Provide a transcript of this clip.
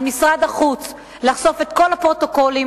על משרד החוץ לחשוף את כל הפרוטוקולים,